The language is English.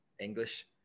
English